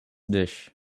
dish